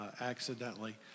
accidentally